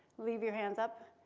leave your hands up.